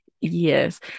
Yes